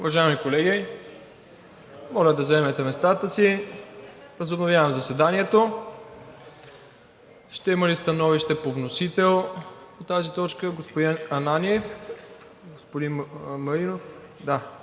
Уважаеми колеги, моля да заемете местата си, възобновявам заседанието. Ще има ли становище по вносител по тази точка? Господин Ананиев. (Реплика от